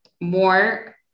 more